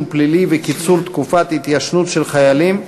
פלילי וקיצור תקופת התיישנות של חיילים),